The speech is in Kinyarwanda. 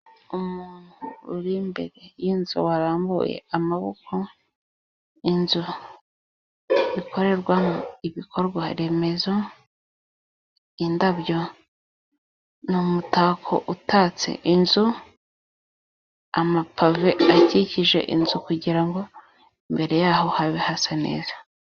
Umuntu uri imbere y'inzu warambuye amaboko, inzu ikorerwamo ibikorwaremezo, indabyo ni umutako utatse inzu, amapave akikije inzu kugirango imbere yaho habe hasa neza.